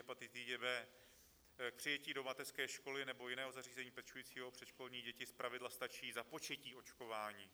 K přijetí do mateřské školy nebo jiného zařízení pečujícího o předškolní děti zpravidla stačí započetí očkování.